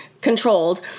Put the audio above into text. controlled